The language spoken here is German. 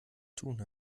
tun